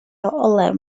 olew